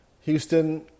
Houston